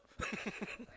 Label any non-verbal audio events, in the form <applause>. <laughs>